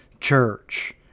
church